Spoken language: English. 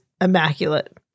immaculate